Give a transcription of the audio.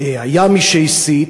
היה מי שהסית,